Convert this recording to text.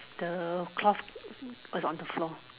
the cloth is on the floor